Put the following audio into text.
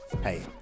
Hey